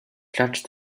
clutch